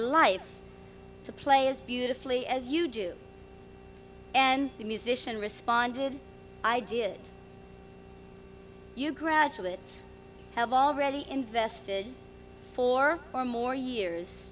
life to play as beautifully as you do and the musician responded ideas you graduates have already invested four or more years